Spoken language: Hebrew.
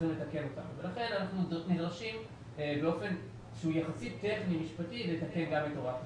לכן אנחנו נדרשים באופן שהוא יחסית טכני משפטי לתקן גם את הוראת השעה.